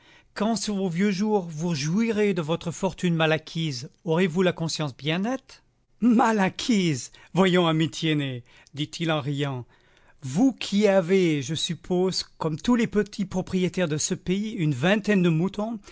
quand sur vos vieux jours vous jouirez de votre fortune mal acquise aurez-vous la conscience bien nette mal acquise voyons ami tiennet dit-il en riant vous qui avez je suppose comme tous les petits propriétaires de ce pays une vingtaine de moutons